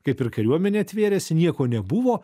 kaip ir kariuomenė tvėrėsi nieko nebuvo